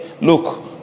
look